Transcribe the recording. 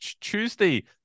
Tuesday